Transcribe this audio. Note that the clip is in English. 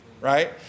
Right